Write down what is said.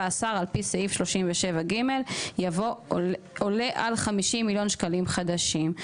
השר על פי סעיף 37(ב)" יבוא: "עולה על 50 מיליון שקלים חדשים"".